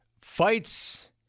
Fights